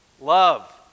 Love